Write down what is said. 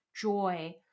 joy